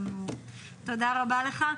תודה רבה לך.